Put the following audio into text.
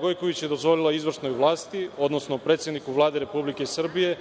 Gojković je dozvolila izvršnoj vlasti, odnosno predsedniku Vlade Republike Srbije